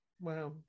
wow